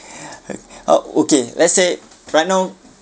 uh okay let's say right now